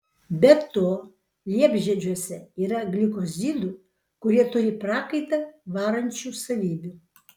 be to liepžiedžiuose yra glikozidų kurie turi prakaitą varančių savybių